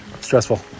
stressful